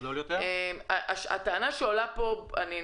אם בארצות הברית קבעו מכסה,